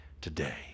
today